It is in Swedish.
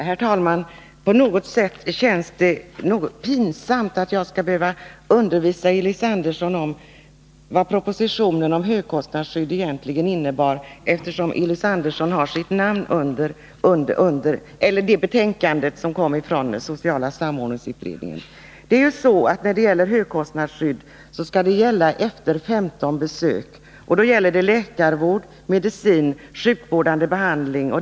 Herr talman! På något sätt känns det pinsamt att jag skall behöva undervisa Elis Andersson om vad det betänkande innebär som kom från sociala samordningsutredningen, eftersom han har sitt namn under det. Det är så att högkostnadsskyddet skall gälla efter 15 läkarbesök, medicininköp eller sjukvårdande behandlingar.